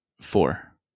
Four